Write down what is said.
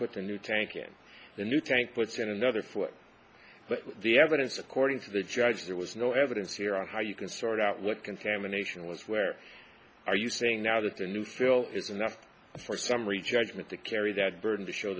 put a new tank in the new tank what's in another foot but the evidence according to the judge there was no evidence here on how you can sort out look contamination was where are you saying now that the new spill is enough for summary judgment to carry that burden to show